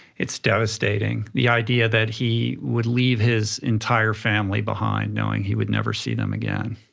it's devastating. the idea that he would leave his entire family behind knowing he would never see them again.